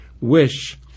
wish